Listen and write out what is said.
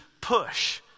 push